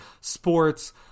sports